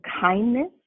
kindness